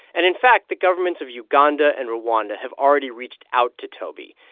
and in fact, the governments of uganda and rwanda have already reached out to toby.